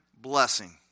blessing